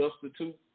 substitute